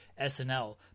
SNL